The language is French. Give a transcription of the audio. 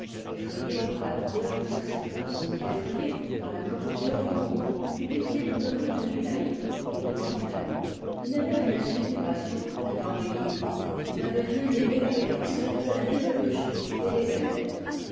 effrayé par la grandeur du sacerdoce effrayé par la corruption du monde il était demeuré demi laïque et demi clerc il n'avait rien su des passions que par les livres et n'avait rien aimé avec excès que la théologie et les belles-lettres